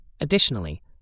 Additionally